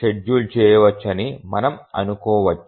schedule చేయవచ్చని మనం అనుకోవచ్చు